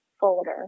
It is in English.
folder